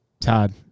Todd